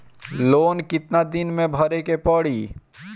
Loan कितना दिन मे भरे के पड़ी?